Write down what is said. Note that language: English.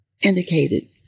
indicated